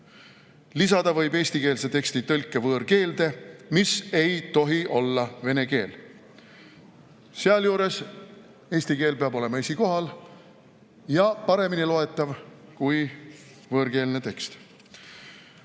Lisada võib eestikeelse teksti tõlke võõrkeelde, mis ei tohi olla vene keel. Sealjuures peab eesti keel olema esikohal ja paremini loetav kui võõrkeelne tekst.